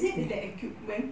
is it with the equipment